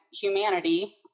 humanity